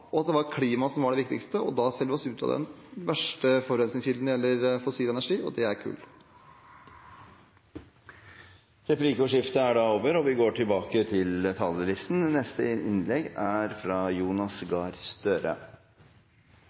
at det var klima som var det viktigste, og da selger vi oss ut av den verste forurensningskilden når det gjelder fossil energi, og det er kull. Replikkordskiftet er